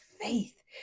faith